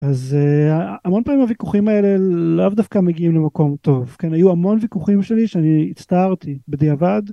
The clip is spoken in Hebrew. אז המון פעמים הוויכוחים האלה לאו דווקא מגיעים למקום טוב כן היו המון ויכוחים שלי שאני הצטערתי, בדיעבד.